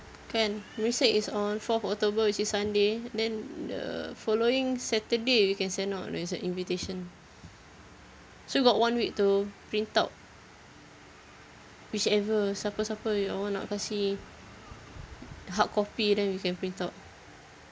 can merisik is on fourth october which is sunday then the following saturday can send out the invitation so we got one week to print out whichever siapa-siapa yang awak nak kasi the hard copy then we can print out